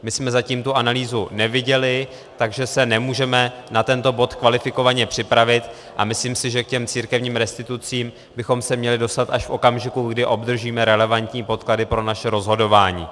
My jsme zatím tu analýzu neviděli, takže se nemůžeme na tento bod kvalifikovaně připravit, a myslím si, že k těm církevním restitucím bychom se měli dostat až v okamžiku, kdy obdržíme relevantní podklady pro naše rozhodování.